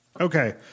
Okay